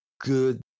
good